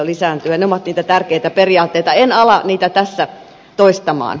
ne ovat niitä tärkeitä periaatteita en ala niitä tässä toistaa